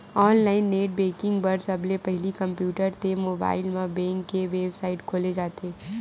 online net banking बर सबले पहिली कम्प्यूटर ते मोबाईल म बेंक के बेबसाइट खोले जाथे